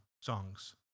songs